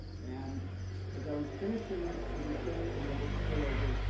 and as i was finishing the research for my book spillover,